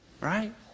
right